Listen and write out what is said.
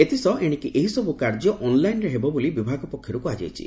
ଏଥିସହ ଏଶିକି ଏହିସବୁ କାର୍ଯ୍ୟ ଅନ୍ଲାଇନ୍ରେ ହେବ ବୋଲି ବିଭାଗ ପକ୍ଷରୁ କୁହାଯାଇଛି